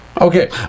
Okay